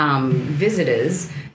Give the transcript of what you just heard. Visitors